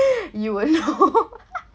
you will know